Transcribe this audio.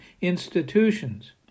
institutions